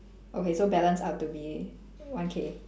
okay so balance out to be one K